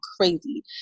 crazy